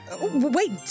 Wait